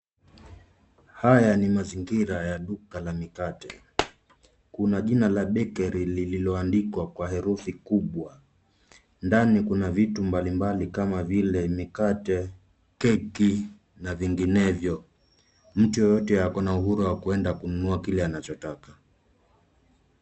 Haya ni mazingira ya duka la mikate kuna jina la bakery liloandikwa kwa herufi kubwa. Ndanii kuna vitu mbalimbali kama vile mikate, keki na vinginevyo. Mtu yeyote akona uhuru wa kuenda kununua kile anachotaka.